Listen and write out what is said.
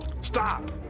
Stop